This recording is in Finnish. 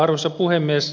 arvoisa puhemies